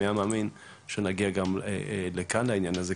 מי היה מאמין שנגיע גם כאן לעניין הזה.